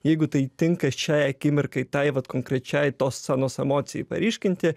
jeigu tai tinka šiai akimirkai tai vat konkrečiai tos scenos emocijai paryškinti